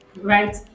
right